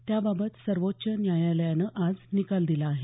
त्याबाबत सर्वोच्च न्यायालयानं आज निकाल दिला आहे